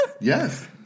Yes